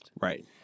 Right